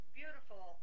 beautiful